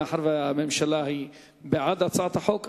מאחר שהממשלה היא בעד הצעת החוק,